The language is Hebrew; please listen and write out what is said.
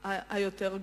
היותר גבוהה,